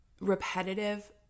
repetitive